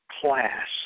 class